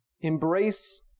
embrace